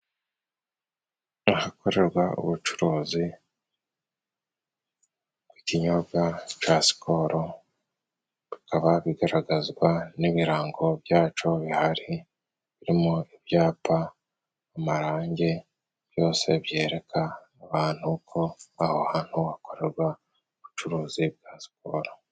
Ahakorerwa ubucuruzi bw'ikinyobwa ca sikoro bikaba bigaragazwa n'ibirango byacobihari, birimo ibyapa, amarange, byose byereka abantu ko aho hantu hakorerwa ubucuruzi bwa sikoro.